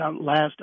last